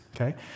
okay